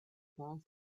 passed